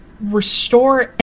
restore